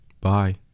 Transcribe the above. Bye